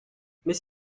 mais